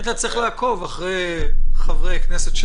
היית צריך לעקוב אחרי חברי הכנסת של